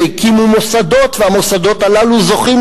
שהקימו מוסדות והמוסדות הללו זוכים